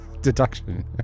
deduction